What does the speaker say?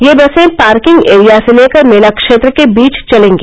यह बसें parking area से लेकर मेला क्षेत्र के बीच चलेंगी